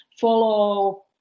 follow